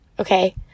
Okay